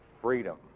freedom